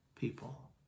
people